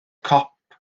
cop